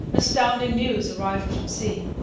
astounding news arrived from sea.